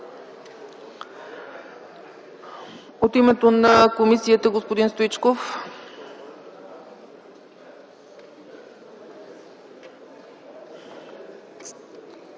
От името на комисията – господин Стоичков,